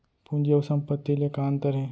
पूंजी अऊ संपत्ति ले का अंतर हे?